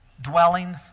dwelling